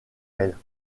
elle